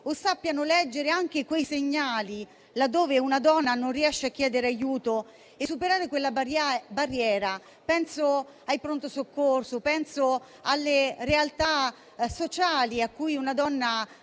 percorso o leggere anche quei segnali, là dove una donna non riesce a chiedere aiuto e superare quella barriera? Penso ai pronto soccorso, alle realtà sociali, alle quali una donna